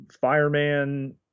fireman